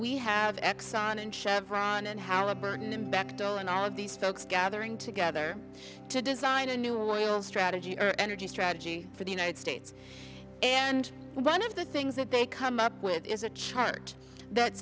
we have exxon and chevron and how a bird in the back door and all of these folks gathering together to design a new oil strategy or energy strategy for the united states and one of the things that they come up with is a chart that